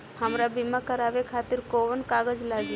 हमरा बीमा करावे खातिर कोवन कागज लागी?